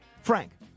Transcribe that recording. Frank